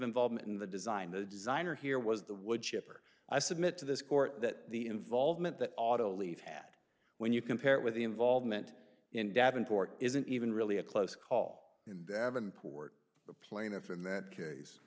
involvement in the design the design or here was the wood chipper i submit to this court that the involvement that auto leaves had when you compare it with the involvement in davenport isn't even really a close call in devon port the plaintiff in that case